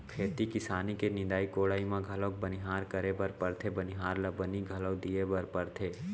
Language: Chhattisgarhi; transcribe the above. खेती किसानी के निंदाई कोड़ाई म घलौ बनिहार करे बर परथे बनिहार ल बनी घलौ दिये बर परथे